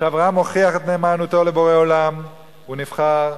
שאברהם הוכיח את נאמנותו לבורא עולם הוא נבחר,